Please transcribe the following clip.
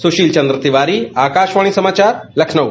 सुशील चंद्र तिवारी आकाशवाणी समाचार लखनऊ